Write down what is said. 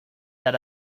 that